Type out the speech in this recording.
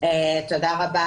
תודה רבה.